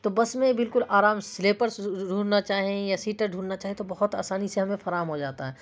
تو بس میں بالکل آرام سلیپر ڈھونڈنا چاہیں یا سیٹر ڈھونڈھنا چاہیں تو بہت آسانی سے ہمیں فراہم ہو جاتا ہے